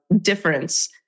difference